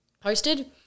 posted